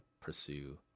pursue